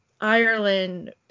Ireland